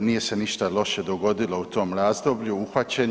nije se ništa loše dogodilo u tom razdoblju, uhvaćen je.